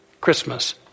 Christmas